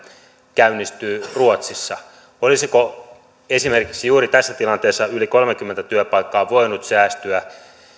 käynnistyy ruotsissa olisiko esimerkiksi juuri tässä tilanteessa yli kolmekymmentä työpaikkaa voinut säästyä